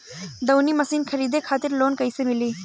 दऊनी मशीन खरीदे खातिर लोन कइसे मिली?